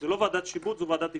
זו לא ועדת שיבוט, זו ועדת איתור.